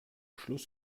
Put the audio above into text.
schluss